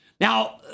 Now